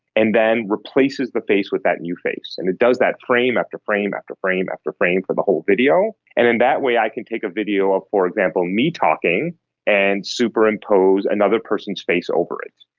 and then replaces the face with that new face. and it does that frame after frame after frame after frame for the whole video. and in that way i can take a video of, for example, me talking and superimpose another person's face over it.